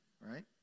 right